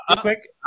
quick